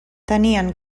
tenien